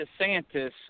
DeSantis